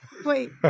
Wait